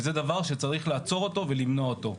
וזה דבר שצריך לעצור אותו ולמנוע אותו.